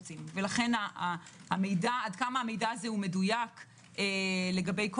לכן עד כמה המידע הזה הוא מדויק לגבי כל